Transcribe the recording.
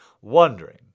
wondering